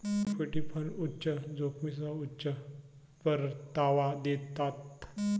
equity fund उच्च जोखमीसह उच्च परतावा देतात